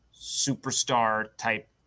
superstar-type